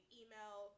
email